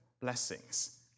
blessings